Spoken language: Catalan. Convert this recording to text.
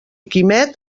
quimet